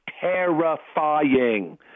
terrifying